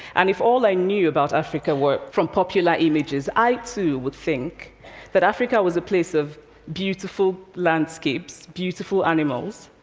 and if all i knew about africa were from popular images, i too would think that africa was a place of beautiful landscapes, beautiful animals,